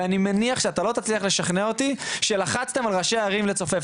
ואני מניח שאתה לא תצליח לשכנע אותי שלחצתם על ראשי ערים לצופף,